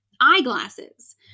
eyeglasses